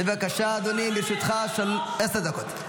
בבקשה, אדוני, לרשותך עשר דקות.